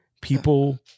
People